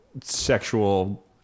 sexual